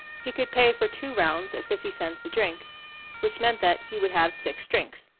he could pay for two rounds at fifty cents a drink which meant that he would have six drinks.